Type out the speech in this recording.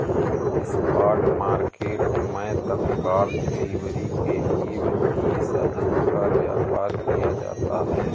spot market मैं तत्काल delivery के लिए वित्तीय साधनों का व्यापार किया जाता है